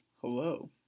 hello